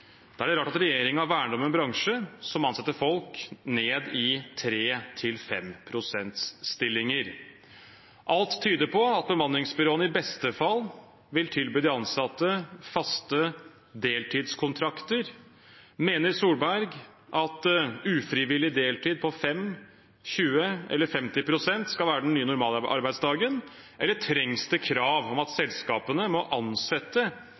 Da er det rart at regjeringen verner om en bransje som ansetter folk ned i 3–5 prosentstillinger. Alt tyder på at bemanningsbyråene i beste fall vil tilby de ansatte faste deltidskontrakter. Mener Solberg at ufrivillig deltid på 5, 20 eller 50 pst. skal være den nye normalarbeidsdagen, eller trengs det krav om at selskapene må ansette